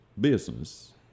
business